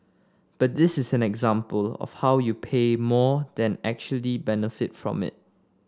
but this is an example of how you pay more and actually benefit from it